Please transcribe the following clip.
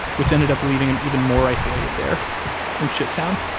which ended up leaving him even more isolated there in shittown